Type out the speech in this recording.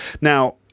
now